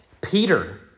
Peter